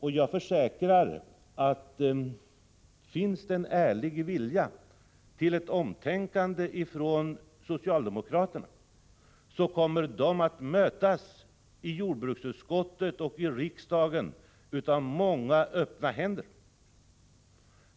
Och jag försäkrar att finns det en ärlig vilja till ett omtänkande hos socialdemokraterna, så kommer de att i jordbruksutskottet och i riksdagen mötas av många öppna händer.